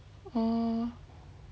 oh